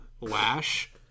Lash